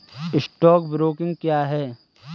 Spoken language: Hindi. स्टॉक ब्रोकिंग क्या है?